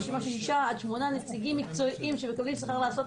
רשימה של שישה עד שמונה נציגים מקצועיים שמקבלים שכר לעשות